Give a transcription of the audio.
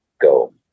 go